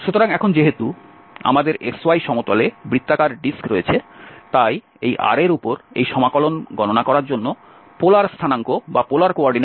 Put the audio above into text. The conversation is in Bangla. সুতরাং এখন যেহেতু আমাদের xy সমতলে বৃত্তাকার ডিস্ক রয়েছে তাই এই R এর উপর এই সমাকলন গণনা করার জন্য পোলার স্থানাঙ্ক ব্যবহার করা ভাল